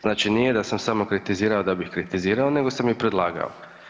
Znači nije da sam samo kritizirao da bih kritizirao, nego sam i predlagao.